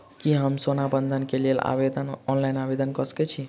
की हम सोना बंधन कऽ लेल आवेदन ऑनलाइन कऽ सकै छी?